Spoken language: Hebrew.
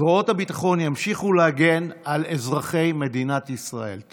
זרועות הביטחון ימשיכו להגן על אזרחי מדינת ישראל.